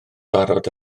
barod